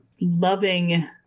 loving